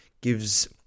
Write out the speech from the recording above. gives